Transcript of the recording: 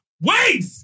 wait